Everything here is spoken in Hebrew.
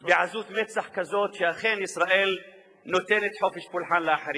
בעזות מצח כזאת שאכן ישראל נותנת חופש פולחן לאחרים?